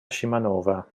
scimanova